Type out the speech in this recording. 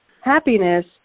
happiness